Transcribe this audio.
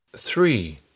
Three